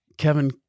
Kevin